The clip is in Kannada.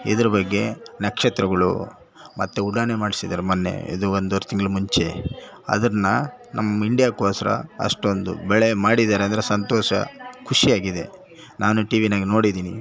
ಇದ್ರ ಬಗ್ಗೆ ನಕ್ಷತ್ರಗಳು ಮತ್ತು ಉಡಾನೆ ಮಾಡ್ಸಿದಾರೆ ಮೊನ್ನೆ ಇದು ಒಂದುವರೆ ತಿಂಗ್ಳು ಮುಂಚೆ ಅದರ್ನ ನಮ್ಮ ಇಂಡ್ಯಾಕ್ಕೋಸ್ರ ಅಷ್ಟೊಂದು ಬೆಳೆ ಮಾಡಿದಾರೆ ಅಂದರೆ ಸಂತೋಷ ಖುಷಿಯಾಗಿದೆ ನಾನು ಟಿ ವಿನಾಗ ನೋಡಿದ್ದೀನಿ